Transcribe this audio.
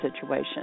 situation